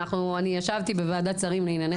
אני ישבתי בוועדת שרים לענייני חקיקה